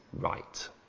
right